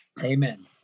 Amen